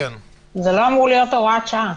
אבל זה לא אמור להיות הוראת שעה.